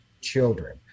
children